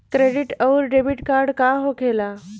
Credit आउरी debit card का होखेला?